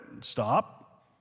stop